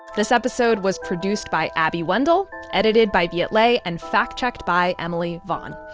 this episode was produced by abby wendle, edited by viet le and fact-checked by emily vaughn.